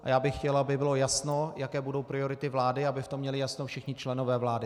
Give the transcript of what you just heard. A já bych chtěl, aby bylo jasno, jaké budou priority vlády, aby v tom měli jasno všichni členové vlády.